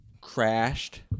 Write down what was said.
crashed